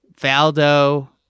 Valdo